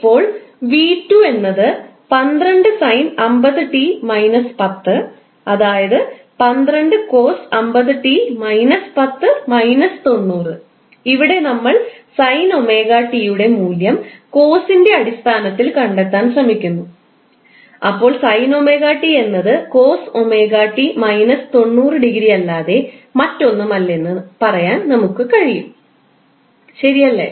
ഇപ്പോൾ 𝑣2 എന്നത് 12 sin50𝑡 − 10 അതായത് 12 cos50𝑡 − 10 − 90 ഇവിടെ നമ്മൾ sin 𝜔𝑡 യുടെ മൂല്യം കോസിന്റെ അടിസ്ഥാനത്തിൽ കണ്ടെത്താൻ ശ്രമിക്കുന്നു അപ്പോൾ sin 𝜔𝑡 എന്നത് cos𝜔𝑡 − 90 അല്ലാതെ മറ്റൊന്നുമല്ല എന്നു നമുക്ക് പറയാൻ കഴിയും ശരിയല്ലേ